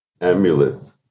amulet